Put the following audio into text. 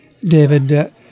David